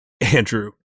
Andrew